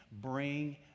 Bring